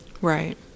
Right